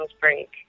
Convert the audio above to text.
break